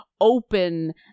open